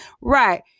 Right